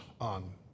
on